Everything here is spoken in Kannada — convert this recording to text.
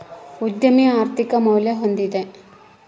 ಉದ್ಯಮಿ ಆರ್ಥಿಕ ಮೌಲ್ಯ ಹೊಂದಿದ